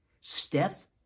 Steph